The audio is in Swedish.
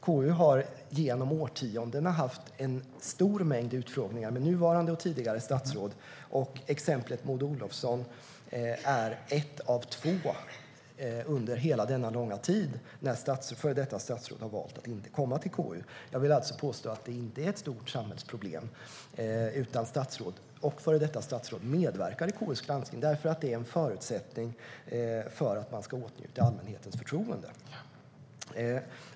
KU har genom årtiondena haft en stor mängd utfrågningar med nuvarande och tidigare statsråd, och exemplet Maud Olofsson är ett av två under hela denna långa tid på när före detta statsråd har valt att inte komma till KU. Jag vill alltså påstå att det inte är något stort samhällsproblem utan att statsråd och före detta statsråd medverkar i KU:s granskning, eftersom det är en förutsättning för att man ska åtnjuta allmänhetens förtroende.